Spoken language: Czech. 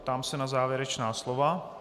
Ptám se na závěrečná slova.